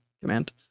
command